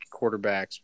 quarterbacks